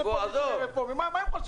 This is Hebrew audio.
ואני מפעיל וירטואלי,